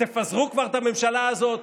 ותפזרו כבר את הממשלה הזאת,